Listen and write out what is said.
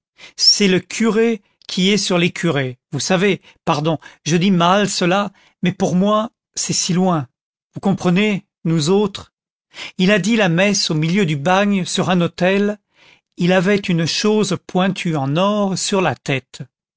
c'est le curé qui est sur les curés vous savez pardon je dis mal cela mais pour moi c'est si loin vous comprenez nous autres il a dit la messe au milieu du bagne sur un autel il avait une chose pointue en or sur la tête